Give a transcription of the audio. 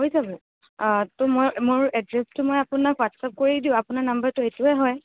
হৈ যাব ত' মই মোৰ এড্ৰেছটো মই আপোনাক হোৱাটছাপ কৰি দিওঁ আপোনাৰ নম্বৰটো এইটোৱেই হয়